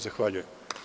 Zahvaljujem.